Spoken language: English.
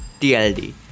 TLD